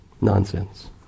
nonsense